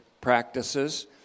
practices